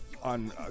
on